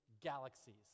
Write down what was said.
galaxies